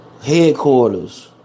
headquarters